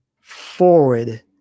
forward